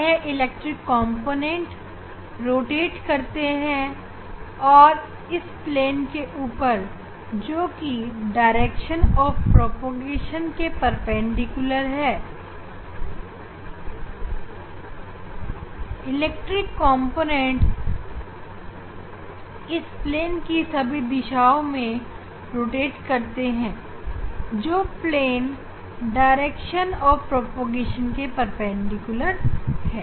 यह इलेक्ट्रिक कॉम्पोनेंटएक प्लेन के ऊपर सभी दिशाओं में घूमते रहते हैं यह प्लेन प्रकाश की गति की दिशा के परपेंडिकुलर है